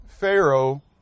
Pharaoh